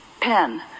pen